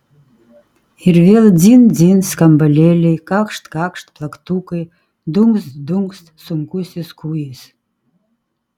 ir vėl dzin dzin skambalėliai kakšt kakšt plaktukai dunkst dunkst sunkusis kūjis